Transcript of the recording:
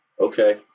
okay